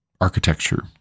architecture